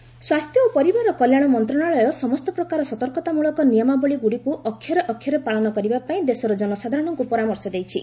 health advisory ସ୍ୱାସ୍ଥ୍ୟ ଓ ପରିବାର କଲ୍ୟାଣ ମନ୍ତ୍ରଣାଳୟ ସମସ୍ତ ପ୍ରକାର ସତର୍କତାମୂଳକ ନିୟମାବଳୀଗୁଡ଼ିକୁ ଅକ୍ଷରେ ଅକ୍ଷରେ ପାଳନ କରିବାପାଇଁ ଦେଶର ଜନସାଧାରଣଙ୍କୁ ପରାମର୍ଶ ଦେଇଛି